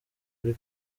kuri